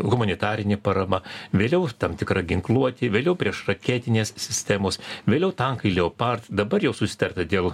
humanitarinė parama vėliau tam tikra ginkluotė vėliau priešraketinės sistemos vėliau tankai leopard dabar jau susitarta dėl